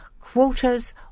Quotas